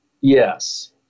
Yes